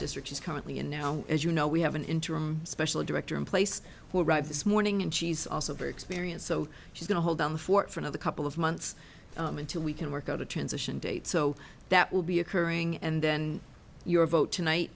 district is currently and now as you know we have an interim special director in place this morning and she's also very experienced so she's going to hold down the fort for another couple of months until we can work out a transition date so that will be occurring and then your vote tonight